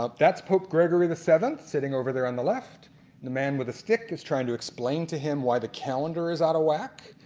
ah that's pope gregory the seventh sitting over there on the left and the man with the stick is trying to explain to him why the calendar is out of whack.